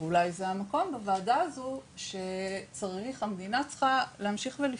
ואולי זה המקום בוועדה הזו שהמדינה צריכה להמשיך ולפעול,